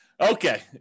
Okay